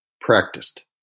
practiced